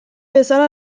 bezala